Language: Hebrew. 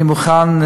אני מוכן,